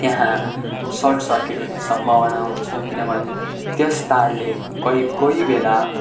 त्यहाँ short circuit हुने सम्भावना हुन्छ किनभने त्यस तारले कोही कोही बेला